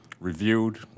reviewed